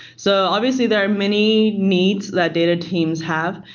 so obviously, there are many needs that data teams have.